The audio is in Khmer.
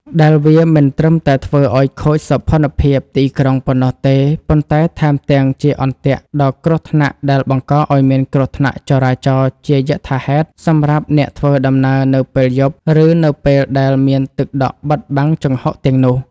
ដែលវាមិនត្រឹមតែធ្វើឱ្យខូចសោភ័ណភាពទីក្រុងប៉ុណ្ណោះទេ ប៉ុន្តែថែមទាំងជា អន្ទាក់ ដ៏គ្រោះថ្នាក់ដែលបង្កឱ្យមានគ្រោះថ្នាក់ចរាចរណ៍ជាយថាហេតុសម្រាប់អ្នកធ្វើដំណើរនៅពេលយប់ ឬនៅពេលដែលមានទឹកដក់បិទបាំងជង្ហុកទាំងនោះ។